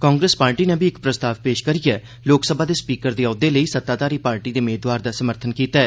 Congress party नै बी इक प्रस्ताव पेष करियै लोकसभा दे स्पीकर दे औह्द्वे लेई सत्ताधारी पार्टी दे मेदवार दा समर्थन कीता ऐ